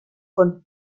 von